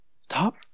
Stop